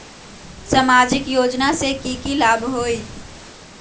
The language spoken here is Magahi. सामाजिक योजना से की की लाभ होई?